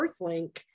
Earthlink